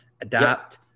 adapt